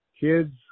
Kids